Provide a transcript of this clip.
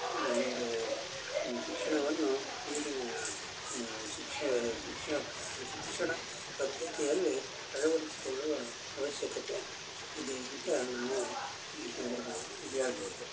ಒಂದು ಶಿಕ್ಷಣವನ್ನು ಈಗಿನ ಶಿಕ್ಷಣ ಶಿಕ್ಷಕ ಶಿಕ್ಷಣ ಪದ್ಧತಿಯಲ್ಲಿ ಅಳವಡಿಸಿಕೊಳ್ಳುವ ಅವಶ್ಯಕತೆ ಇದೆ ಅಂತ ನಾನು ಈ ಸಂದರ್ಭದಲ್ಲಿ ಹೇಳ್ಬೋದು